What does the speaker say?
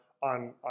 on